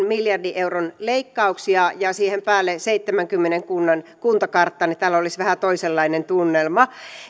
miljardin euron leikkauksia ja siihen päälle seitsemänkymmenen kunnan kuntakartan niin täällä olisi vähän toisenlainen tunnelma